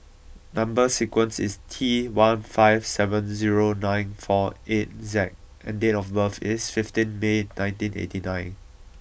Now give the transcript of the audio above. number sequence is T one five seven zero nine four eight Z and date of birth is fifteenth May nineteen eighty nine